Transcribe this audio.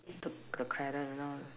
took the